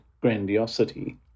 grandiosity